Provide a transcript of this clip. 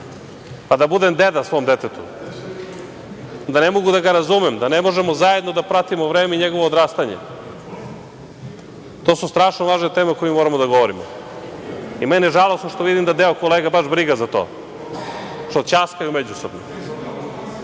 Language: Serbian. pa da budem deda svom detetu, da ne mogu da ga razumem, da ne možemo zajedno da pratimo vreme i njegovo odrastanje. To su strašno važne teme o kojima moramo da govorimo. Meni je žalosno da deo kolega baš briga za to, što ćaskaju međusobno.